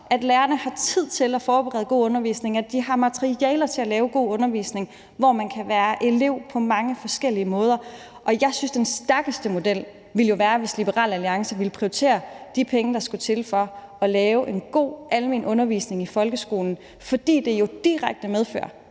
at lærerne har tid til at forberede god undervisning, at de har materialer til at lave god undervisning, hvor man kan være elev på mange forskellige måder. Jeg synes, den stærkeste model ville være, hvis Liberal Alliance ville prioritere de penge, der skulle til for at lave en god almen undervisning i folkeskolen, fordi det jo direkte medfører,